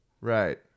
right